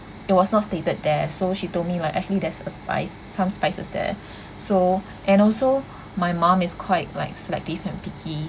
it was not stated there so she told me like actually there's a spice some spices there so and also my mom is quite like selective and picky